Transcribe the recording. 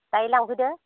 दाय लांफैदो